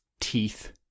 teeth